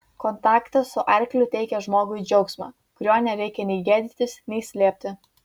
kontaktas su arkliu teikia žmogui džiaugsmą kurio nereikia nei gėdytis nei slėpti